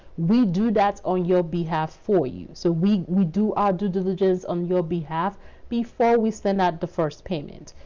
we do that on your behalf for. you. so, we we do our due diligence on your behalf before we send. out the first payment.